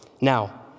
Now